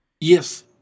Yes